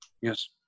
yes